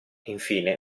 infine